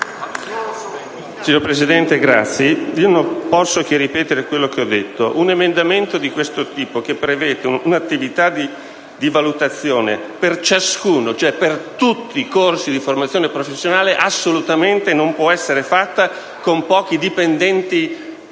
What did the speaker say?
Signor Presidente, non posso che ripetere quello che ho detto. Un emendamento di questo tipo prevede un'attività di valutazione per tutti i corsi di formazione professionale che assolutamente non può essere fatta con pochi dipendenti